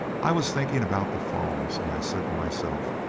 i was thinking about the falls, and i said to myself,